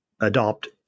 adopt